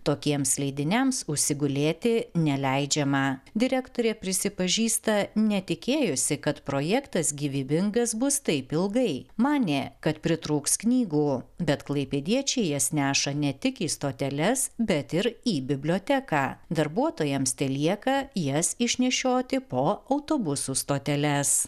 tokiems leidiniams užsigulėti neleidžiama direktorė prisipažįsta netikėjusi kad projektas gyvybingas bus taip ilgai manė kad pritrūks knygų bet klaipėdiečiai jas neša ne tik į stoteles bet ir į biblioteką darbuotojams telieka jas išnešioti po autobusų stoteles